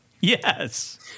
yes